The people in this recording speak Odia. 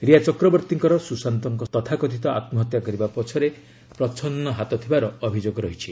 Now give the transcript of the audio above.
ରିୟା ଚକ୍ରବର୍ତ୍ତୀଙ୍କର ସୁଶାନ୍ତଙ୍କ ତଥାକଥିତ ଆତ୍କହତ୍ୟା କରିବା ପଛରେ ପ୍ରଚ୍ଛନ୍ନ ହାତ ଥିବାର ଅଭିଯୋଗ ରହିଛି